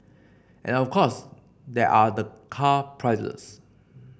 and of course there are the car prices